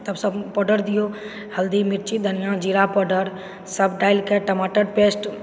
तब सब पाउडर दिऔ हल्दी मिर्ची धनिया जीरा पाउडर सब डालि कऽ टमाटर पेस्ट